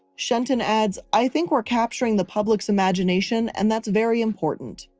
shenton adds, i think we're capturing the public's imagination and that's very important.